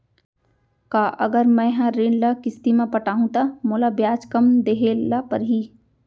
का अगर मैं हा ऋण ल किस्ती म पटाहूँ त मोला ब्याज कम देहे ल परही?